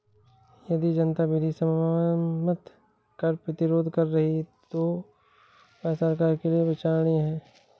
यदि जनता विधि सम्मत कर प्रतिरोध कर रही है तो वह सरकार के लिये विचारणीय है